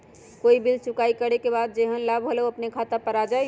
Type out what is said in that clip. कोई बिल चुकाई करे के बाद जेहन लाभ होल उ अपने खाता पर आ जाई?